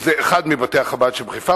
זה אחד מבתי-חב"ד שבחיפה,